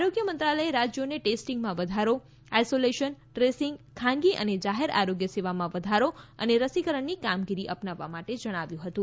આરોગ્ય મંત્રાલયે ટેસ્ટીંગમાં વધારો આઈસોલેનશ ટ્રેસિંગ ખાનગી અને જાહેર આરોગ્ય સેવામાં વધારો અને રસીકરણની કામગીરી અપનાવવા જણાવ્યું હતું